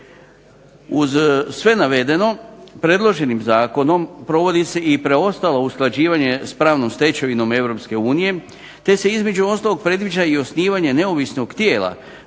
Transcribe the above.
Uz sve navedeno predloženim Zakonom provodi se i preostalo usklađivanje s pravnom stečevinom Europske unije te se između ostalog predviđa i osnivanje neovisnog tijela